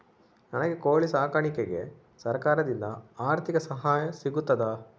ನನಗೆ ಕೋಳಿ ಸಾಕಾಣಿಕೆಗೆ ಸರಕಾರದಿಂದ ಆರ್ಥಿಕ ಸಹಾಯ ಸಿಗುತ್ತದಾ?